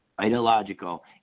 ideological